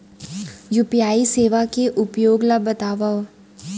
UPI सेवा के उपयोग ल बतावव?